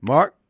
Mark